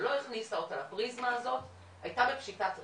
ולא הכניסה אותה לפריזמה הזאת, היתה בפשיטת רגל.